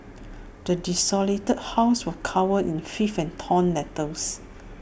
the desolated house was covered in filth and torn letters